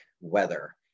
weather